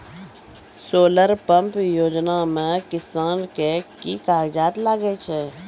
Solar pump योजना म किसान के की कागजात लागै छै?